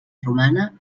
romana